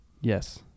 Yes